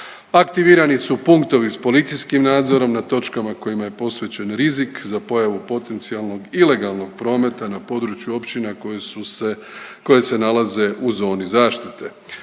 Aktivirani su punktovi s policijskim nadzorom nad točkama kojima je posvećen rizik za pojavu potencijalnog ilegalnog prometa na području općina koje su se, koje se nalaze u zoni zaštite.